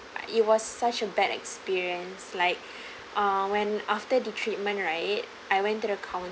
it was such a bad experience like uh when after the treatment right I went to the counter